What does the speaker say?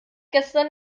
gestern